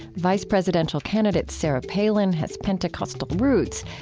vice presidential candidate sarah palin has pentecostal roots,